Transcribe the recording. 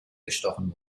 gestochen